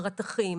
הרתכים,